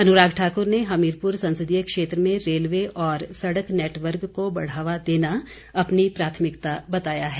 अनुराग ठाकुर ने हमीरपुर संसदीय क्षेत्र में रेलवे और सड़क नेटवर्क को बढ़ावा देना अपनी प्राथमिकता बताया है